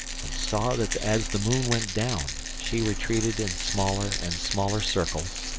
and saw that as the moon went down she retreated in smaller and smaller circles,